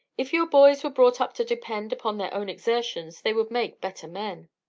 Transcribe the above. if your boys were brought up to depend upon their own exertions, they would make better men.